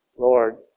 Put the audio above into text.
Lord